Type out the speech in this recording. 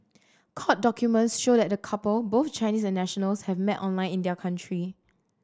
court documents show that the couple both Chinese nationals had met online in their country